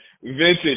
Vintage